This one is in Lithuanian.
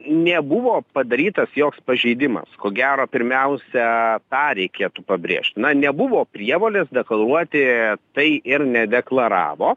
nebuvo padarytas joks pažeidimas ko gero pirmiausia tą reikėtų pabrėžt na nebuvo prievolės deklaruoti tai ir nedeklaravo